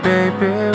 Baby